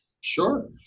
Sure